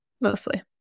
mostly